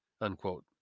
unquote